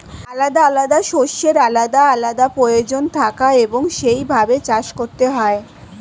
আলাদা আলাদা শস্যের আলাদা আলাদা প্রয়োজন থাকে এবং সেই ভাবে চাষ করতে হয়